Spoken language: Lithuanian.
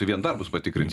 tai vien darbus patikrint